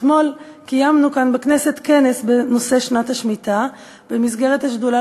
אתמול קיימנו כאן בכנסת כנס בנושא שנת השמיטה במסגרת השדולה